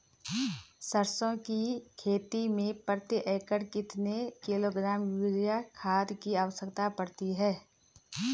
सरसों की खेती में प्रति एकड़ कितने किलोग्राम यूरिया खाद की आवश्यकता पड़ती है?